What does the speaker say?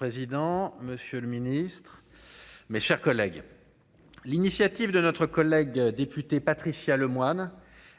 Monsieur le président, Monsieur le Ministre, mes chers collègues, l'initiative de notre collègue député Patricia Lemoine